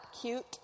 cute